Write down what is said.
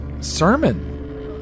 sermon